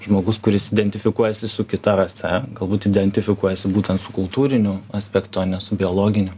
žmogus kuris identifikuojasi su kita rase galbūt identifikuojasi būtent su kultūriniu aspektu o ne su biologiniu